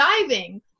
diving